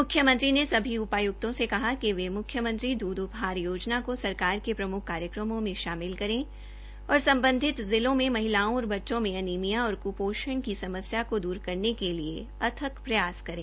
मुख्यमंत्री ने सभी उपायुक्तों से कहा कि ये मुख्यमंत्री दुध उपहार योजना को सरकार के प्रमुख कार्यक्रमों में शामिल करें और संबंधित जिलों में महिलाओं और बच्चों में एनीमिया और कुपोषण की समस्या को दूर करने के लिए अथक प्रयास करें